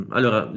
Allora